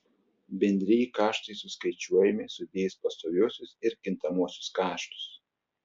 bendrieji kaštai suskaičiuojami sudėjus pastoviuosius ir kintamuosius kaštus